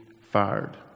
fired